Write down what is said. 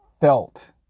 felt